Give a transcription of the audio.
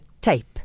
tape